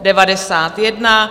91.